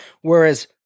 Whereas